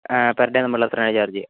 per day നമ്മൾ അത്രയും ആണ് ചാർജ്ജ് ചെയ്യുക